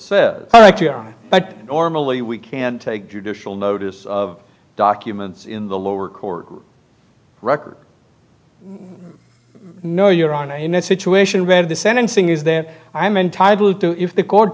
are right but normally we can take judicial notice of documents in the lower court record no your honor in a situation where the sentencing is there i am entitled to if the court